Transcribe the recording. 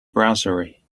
brasserie